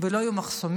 לא יהיו מחסומים,